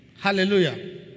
Hallelujah